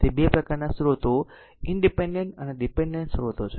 તેથી 2 પ્રકારના સ્ત્રોતો ઇનડીપેન્ડેન્ટ અને ડીપેન્ડેન્ટ સ્રોતો છે